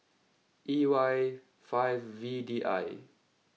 E Y five V D I